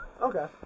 Okay